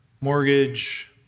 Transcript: mortgage